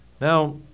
Now